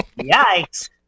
Yikes